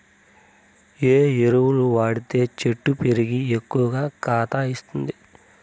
ఏ ఎరువులు వాడితే చెట్టు పెరిగి ఎక్కువగా కాత ఇస్తుంది?